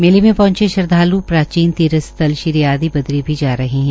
मेले में पहंचे श्रद्वाल् प्राचीन तीर्थ स्थल श्री आदी बद्री भी जा रहे है